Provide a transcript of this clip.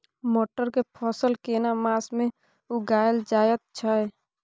मटर के फसल केना मास में उगायल जायत छै?